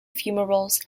fumaroles